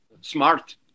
smart